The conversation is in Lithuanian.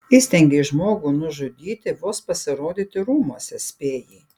įstengei žmogų nužudyti vos pasirodyti rūmuose spėjai